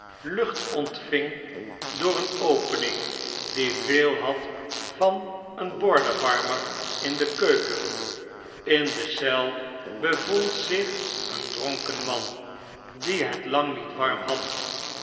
ontving door een opening die veel had van een bordenwarmer in de keuken in de eel bevond zich een dronken man die het lang niet warm had